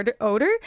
odor